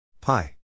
pi